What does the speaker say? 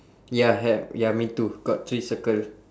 ya have ya me too got three circle